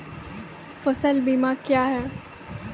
फसल बीमा क्या हैं?